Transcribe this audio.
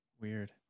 weird